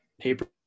paper